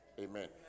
amen